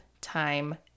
time